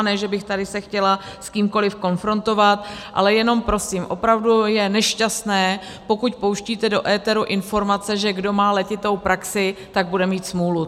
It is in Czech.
Ne že bych se tady chtěla s kýmkoli konfrontovat, ale jenom prosím, opravdu je nešťastné, pokud pouštíte do éteru informace, že kdo má letitou praxi, tak bude mít smůlu.